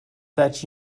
that